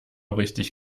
richtig